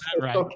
right